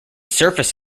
surface